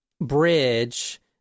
bridge